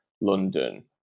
london